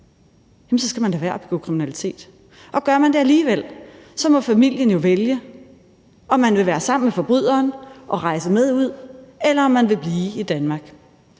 så skal man lade være med at begå kriminalitet. Og gør man det alligevel, må familien jo vælge, om man vil være sammen med forbryderen og rejse med ud, eller om man vil blive i Danmark.